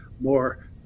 more